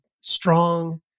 strong